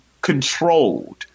controlled